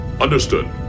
Understood